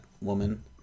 woman